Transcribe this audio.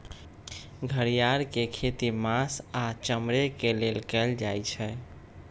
घरिआर के खेती मास आऽ चमड़े के लेल कएल जाइ छइ